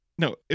No